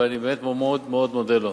ואני באמת מאוד מאוד מודה לו.